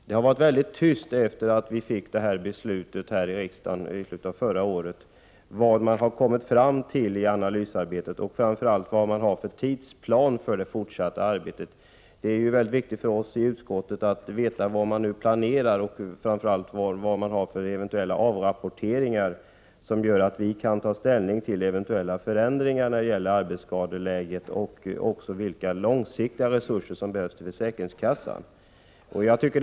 Sedan vi fattade beslutet här i riksdagen i slutet av förra året har det varit tyst om vad man har kommit fram till i analysarbetet och vilken tidsplan man har för det fortsatta arbetet. Det är viktigt för oss i utskottet att veta vad man nu planerar och vilka eventuella avrapporteringar som kan komma och som ger oss möjlighet att ta ställning till eventuella förändringar när det gäller arbetsskadeförsäkringen och till vilka resurser som behövs till försäkringskassorna på lång sikt.